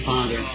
Father